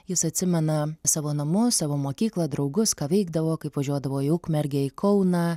jis atsimena savo namus savo mokyklą draugus ką veikdavo kaip važiuodavo į ukmergę į kauną